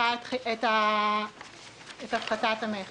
בחלק האחרון של המתווה סוכם על פרטי